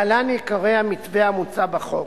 להלן עיקרי המתווה המוצע בחוק: